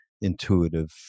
intuitive